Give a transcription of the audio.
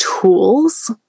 tools